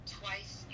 twice